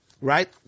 Right